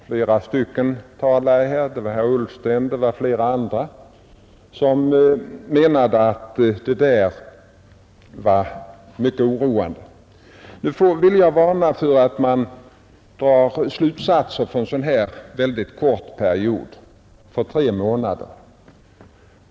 Flera talare, bland dem herr Ullsten, pekade på att de siffrorna var mycket oroande. Jag vill varna för att dra slutsatser från en så kort period som tre månader.